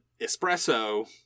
espresso